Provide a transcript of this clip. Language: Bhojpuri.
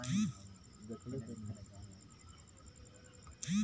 बैंक क तरफ से चेक बुक क सुविधा मिलेला ई खाली चेक क पुस्तिका होला